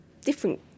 different